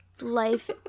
life